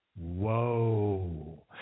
Whoa